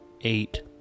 eight